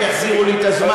תכף יחזירו לי את הזמן,